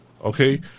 okay